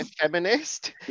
feminist